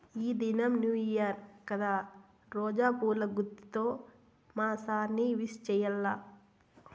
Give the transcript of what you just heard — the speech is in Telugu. ఈ దినం న్యూ ఇయర్ కదా రోజా పూల గుత్తితో మా సార్ ని విష్ చెయ్యాల్ల